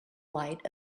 light